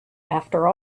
after